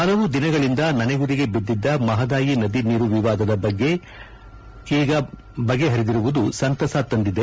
ಹಲವು ದಿನಗಳಿಂದ ನನೆಗುದಿಗೆ ಬಿದ್ದಿದ್ದ ಮಹದಾಯಿ ನದಿ ನೀರು ವಿವಾದ ಬಗೆ ಹರಿದಿರುವುದು ಸಂತಸ ತಂದಿದೆ